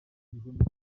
igikombe